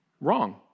Wrong